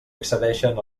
accedeixen